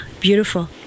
beautiful